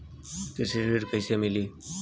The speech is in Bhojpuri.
कृषि ऋण कैसे मिली?